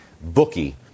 bookie